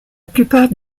plupart